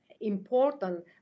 important